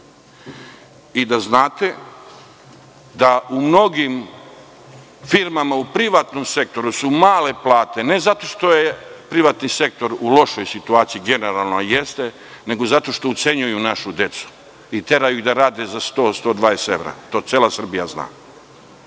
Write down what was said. Da znate da su u mnogim firmama u privatnom sektoru male plate, ne zato što je privatni sektor u lošoj situaciji, generalno jeste, nego zato što ucenjuju našu decu i teraju ih da rade za 100, 120 evra. To cela Srbija zna.